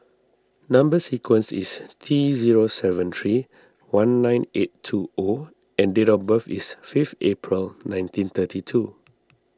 Number Sequence is T zero seven three one nine eight two O and date of birth is fifth April nineteen thirty two